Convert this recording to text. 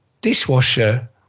dishwasher